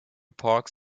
parks